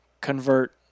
convert